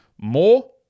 more